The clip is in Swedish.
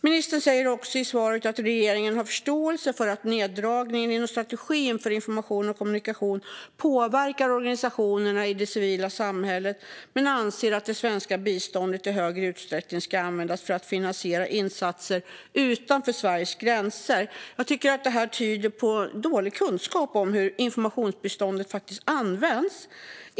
Ministern säger också i svaret att regeringen har förståelse för att neddragningen inom strategin för information och kommunikation påverkar organisationerna i det civila samhället men anser att det svenska biståndet i högre utsträckning ska användas för att finansiera insatser utanför Sveriges gränser. Jag tycker att detta tyder på dålig kunskap om hur informationsbiståndet används.